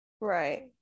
right